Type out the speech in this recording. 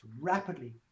rapidly